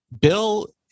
Bill